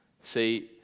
See